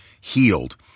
healed